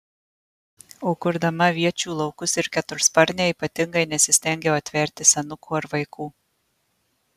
o kurdama aviečių laukus ir ketursparnę ypatingai nesistengiau atverti senukų ar vaikų